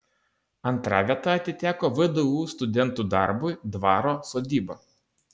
antra vieta atiteko vdu studentų darbui dvaro sodyba